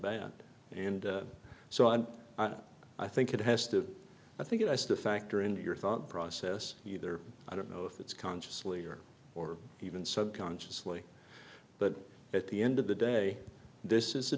bat and so on i think it has to i think it has to factor into your thought process either i don't know if it's consciously or or even subconsciously but at the end of the day this is a